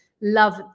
love